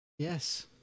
Yes